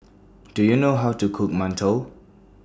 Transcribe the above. Do YOU know How to Cook mantou